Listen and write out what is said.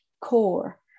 core